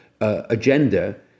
agenda